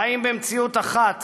חיים במציאות אחת